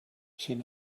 sin